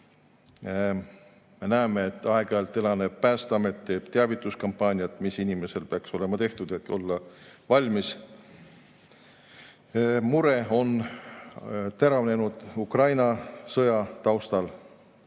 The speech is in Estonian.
Me näeme, et aeg-ajalt elavneb Päästeamet, teeb teavituskampaaniat, mis inimesel peaks olema tehtud, et olla valmis. Mure on teravnenud Ukraina sõja taustal.